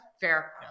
fair